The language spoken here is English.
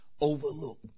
overlook